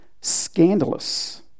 scandalous